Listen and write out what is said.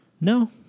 No